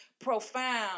profound